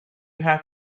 have